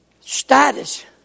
Status